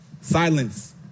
Silence